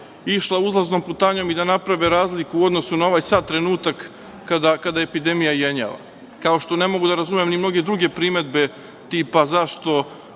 išla uzlaznom putanjom i da naprave razliku u odnosu na ovaj sad trenutak kada epidemija jenjava. Kao što ne mogu da razumem ni mnoge druge primedbe tipa - zašto